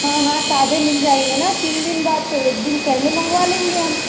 हाँ हाँ ताज़े मिल जाएंगे न तीन दिन बाद तो एक दिन पहले मंगवा लेंगे हम